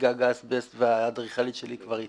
גג אסבסט והאדריכלית שלי כבר התייאשה,